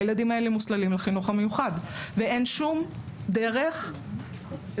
הילדים האלה מוסללים לחינוך המיוחד ואין שום דרך --- אין מקסימום.